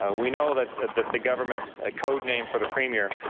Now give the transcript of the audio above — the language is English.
ah we know that that the government ah code name for the premier,